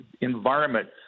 environment